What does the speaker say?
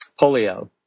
polio